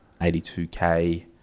82K